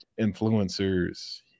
influencers